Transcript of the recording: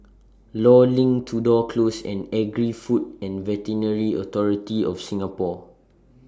law LINK Tudor Close and Agri Food and Veterinary Authority of Singapore